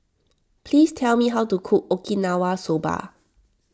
please tell me how to cook Okinawa Soba